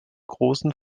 großen